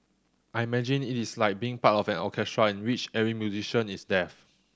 I imagine it is like being part of an orchestra which every musician is deaf